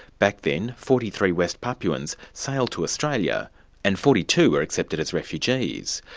back then, forty three west papuans sailed to australia and forty two were accepted as refugees.